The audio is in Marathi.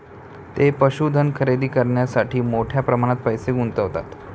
ते पशुधन खरेदी करण्यासाठी मोठ्या प्रमाणात पैसे गुंतवतात